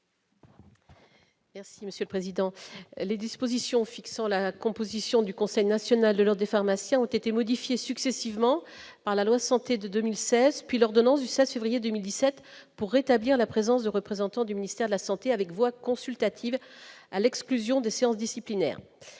Merci monsieur le président, les dispositions fixant la composition du Conseil national de l'or des pharmaciens ont été modifiés successivement par la loi santé de 2016 puis l'ordonnance du 16 février 2017 pour rétablir rétablir la présence de représentants du ministère de la santé, avec voix consultative à l'exclusion de disciplinaire